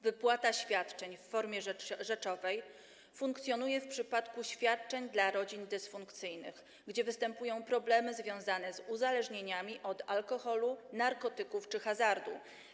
Wypłata świadczeń w formie rzeczowej funkcjonuje w przypadku świadczeń dla rodzin dysfunkcyjnych, gdzie występują problemy związane z uzależnieniami od alkoholu, narkotyków czy hazardu.